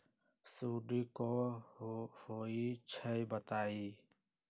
सुडी क होई छई बताई?